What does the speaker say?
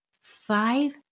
five